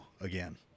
again